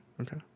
Okay